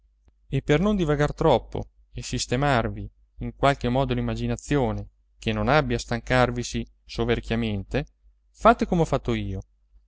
e per non divagar troppo e sistemarvi in qualche modo l'immaginazione che non abbia a stancarvisi soverchiamente fate come ho fatto io